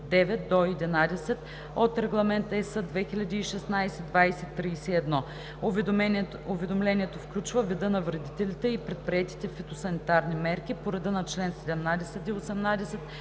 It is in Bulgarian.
от Регламент (EС) 2016/2031. Уведомлението включва вида на вредителите и предприетите фитосанитарни мерки по реда на чл. 17